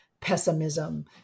pessimism